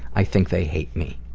i think they hate me.